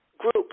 Group